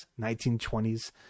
1920s